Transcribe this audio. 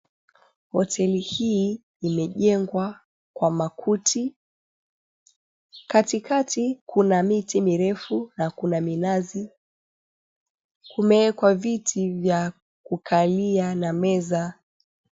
Hoteli hii imejengwa kwa makuti. Katikati, kuna miti mirefu na kuna minazi. Kumeekwa viti vya kukalia na meza.